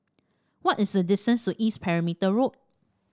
what is the distance to East Perimeter Road